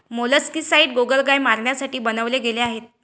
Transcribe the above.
molluscicides गोगलगाय मारण्यासाठी बनवले गेले आहे